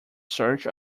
search